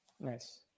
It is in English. nice